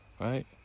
right